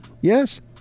Yes